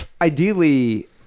ideally